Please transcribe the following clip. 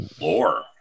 lore